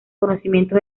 conocimiento